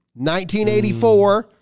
1984